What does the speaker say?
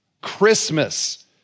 Christmas